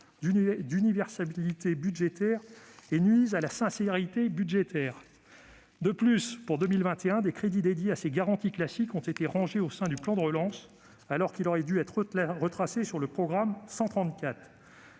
d'universalité budgétaire et nuisent à la sincérité des comptes publics. De plus, pour 2021, des crédits dédiés à ces garanties classiques ont été rangés au sein du plan de relance, alors qu'ils auraient dû être retracés dans le programme 134.